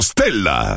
Stella